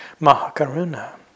Mahakaruna